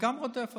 הוא גם רודף אותם.